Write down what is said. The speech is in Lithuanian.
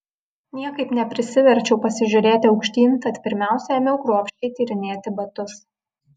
niekaip neprisiverčiau pasižiūrėti aukštyn tad pirmiausia ėmiau kruopščiai tyrinėti batus